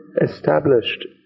established